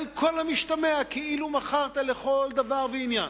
על כל המשתמע ממנה, כאילו מכרת לכל דבר ועניין.